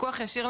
בפיקוח ישיר,